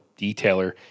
detailer